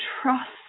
trust